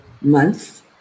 months